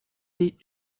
did